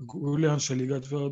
guli ant šaligatvio